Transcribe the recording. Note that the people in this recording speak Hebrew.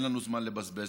אין לנו זמן לבזבז.